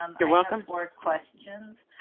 um you're welcome for questions.